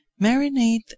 Marinate